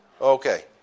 Okay